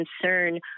concern